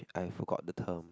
I forgot the term